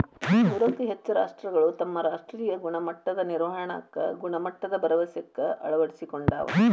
ನೂರಕ್ಕೂ ಹೆಚ್ಚ ರಾಷ್ಟ್ರಗಳು ತಮ್ಮ ರಾಷ್ಟ್ರೇಯ ಗುಣಮಟ್ಟದ ನಿರ್ವಹಣಾಕ್ಕ ಗುಣಮಟ್ಟದ ಭರವಸೆಕ್ಕ ಅಳವಡಿಸಿಕೊಂಡಾವ